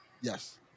Yes